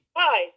hi